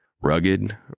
Rugged